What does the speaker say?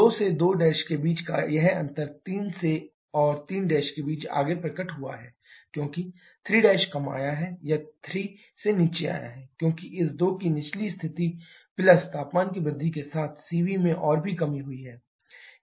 2 और 2 के बीच का यह अंतर 3 और 3 के बीच आगे प्रकट हुआ है क्योंकि 3 कम आया है या 3 से नीचे आया है क्योंकि इस 2 की निचली स्थिति प्लस तापमान की वृद्धि के साथ Cv में और भी कमी हुई है